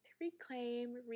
reclaim